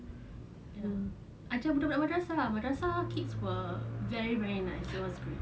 ajar budak-budak madrasah ah madrasah kids were very very nice